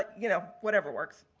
you know, whatever works.